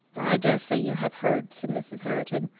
i dare say you have heard, said mrs. herriton,